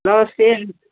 नमस्ते